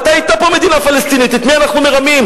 מתי היתה פה מדינה פלסטינית, את מי אנחנו מרמים?